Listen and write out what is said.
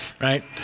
Right